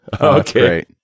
Okay